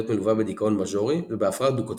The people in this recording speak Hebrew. מלווה בדיכאון מז'ורי ובהפרעה דו־קוטבית.